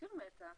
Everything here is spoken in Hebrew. תשאיר מתח.